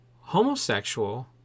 homosexual